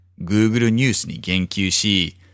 Googleニュースに言及し